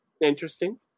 interesting